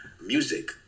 Music